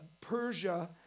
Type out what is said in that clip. Persia